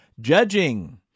Judging